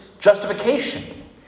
justification